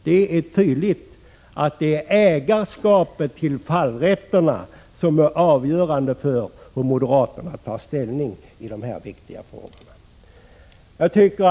Det är tydligt att ägarskapet till fallrätten är avgörande för hur moderaterna tar ställning i dessa viktiga frågor.